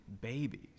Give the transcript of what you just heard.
babies